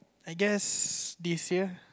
I guess this year